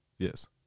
Yes